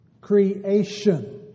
creation